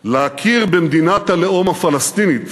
להכיר במדינת הלאום הפלסטינית,